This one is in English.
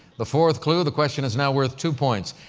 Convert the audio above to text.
the fourth clue, the question is now worth two points.